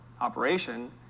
operation